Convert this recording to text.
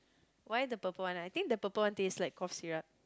why the purple one I think the purple one taste like cough syrup